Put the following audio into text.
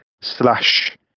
slash